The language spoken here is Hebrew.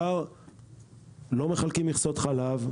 לא מחלקים מכסות חלב,